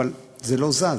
אבל זה לא זז.